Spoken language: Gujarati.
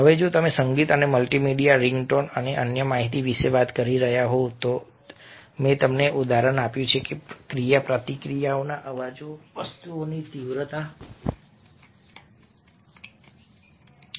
હવે જો તમે સંગીત અને મલ્ટીમીડિયા રિંગટોન અને અન્ય માહિતી વિશે વાત કરી રહ્યા હો તો મેં તમને ઉદાહરણ આપ્યું છે ક્રિયાપ્રતિક્રિયાના અવાજો વસ્તુઓની તીવ્રતા અને નાટકીયકરણમાં ભૂમિકા